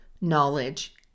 knowledge